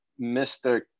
Mr